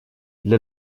для